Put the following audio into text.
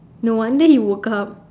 no wonder he woke up